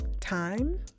time